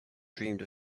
dreamed